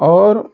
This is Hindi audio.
और